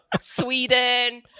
Sweden